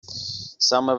саме